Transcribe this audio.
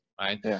right